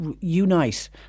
unite